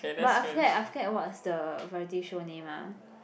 but I forget I forget what's the variety show name lah